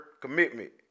commitment